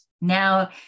Now